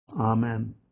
Amen